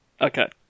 Okay